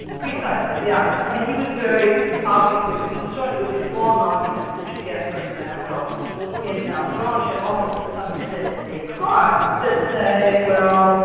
precisely, yes. yeah i mean he was very obviously concerned with these long arguments that you get for example in malebranche and also to some extent in descartes that say, well,